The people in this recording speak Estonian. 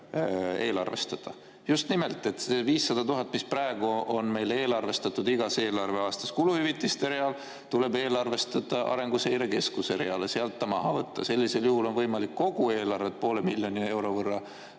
eelarvestada. Just nimelt, see 500 000, mis praegu on meil eelarvestatud igas eelarveaastas kuluhüvitiste real, tuleb eelarvestada Arenguseire Keskuse real. Sellisel juhul on võimalik kogu eelarvet poole miljoni euro võrra